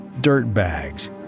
Dirtbags